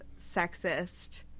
sexist